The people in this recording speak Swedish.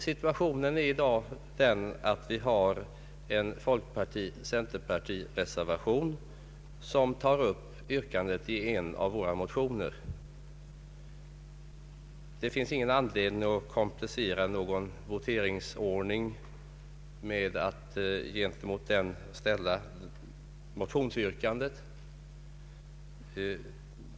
Situationen är i dag den att vi har en folkparti-centerpartireservation som tar upp yrkandet i en av våra motioner. Det finns ingen anledning att komplicera någon voteringsordning med att gentemot den ställa motionsyrkandet.